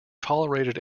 tolerated